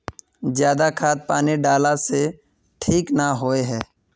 ज्यादा खाद पानी डाला से ठीक ना होए है?